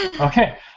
Okay